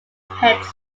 heads